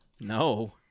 No